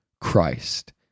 Christ